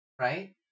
Right